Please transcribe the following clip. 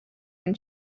when